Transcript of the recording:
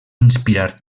inspirar